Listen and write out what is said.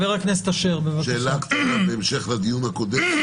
שאלה קטנה בהמשך לדיון הקודם,